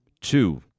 Two